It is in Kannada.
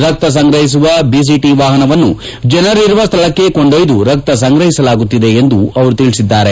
ರಕ್ತ ಸಂಗ್ರಹಿಸುವ ಬಿಸಿಟಿ ವಾಪನವನ್ನು ಜನರಿರುವ ಸ್ಥಳಕ್ಕೆ ಕೊಂಡೊಯ್ದು ರಕ್ತ ಸಂಗ್ರಹಿಸಲಾಗುತ್ತಿದೆ ಎಂದು ತಿಳಿಸಿದ್ದಾರೆ